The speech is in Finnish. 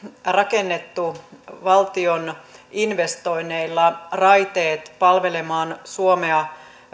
rakennettu valtion investoinneilla raiteet palvelemaan suomea